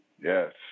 Yes